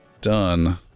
Done